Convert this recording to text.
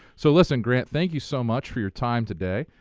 so listen, grant, thank you so much for your time today.